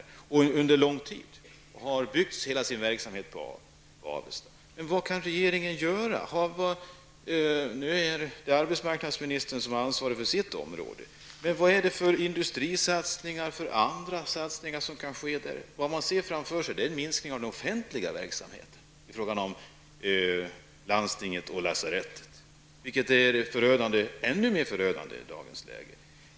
Man har under lång tid byggt hela sin verksamhet på Avesta AB. Arbetsmarknadsministern har ansvar för sitt område, men vad är det för industrisatsningar och andra satsningar som kan ske där? Man ser en minskning av den offentliga verksamheten när det gäller landstinget och lasarettet. Det är ännu mer förödande i dagens läge.